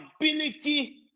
ability